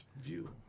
view